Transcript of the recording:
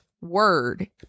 word